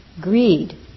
greed